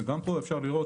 וגם פה אפשר לראות